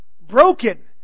Broken